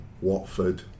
Watford